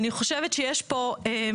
אני חושבת שיש פה את